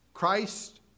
Christ